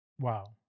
Wow